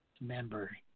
member